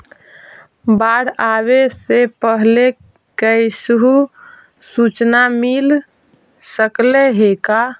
बाढ़ आवे से पहले कैसहु सुचना मिल सकले हे का?